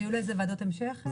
יהיו ישיבות המשך?